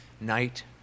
night